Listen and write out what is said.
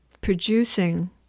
producing